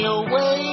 away